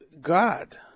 God